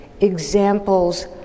examples